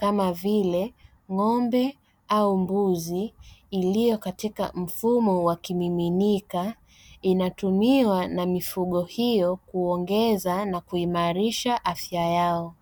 kama vile ng'ombe au mbuzi iliyo katika mfumo wa kimiminika inatumiwa na mifugo hiyo kuongeza na kuimarisha afya yao